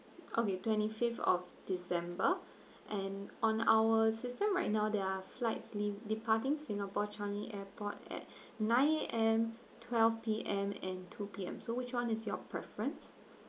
okay twenty fifth of december and on our system right now there are flights le~ departing singapore changi airport at nine A_M twelve P_M and two P_M so which [one] is your preference